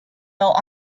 built